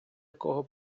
якого